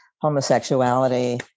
homosexuality